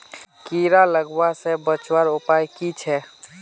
कीड़ा लगवा से बचवार उपाय की छे?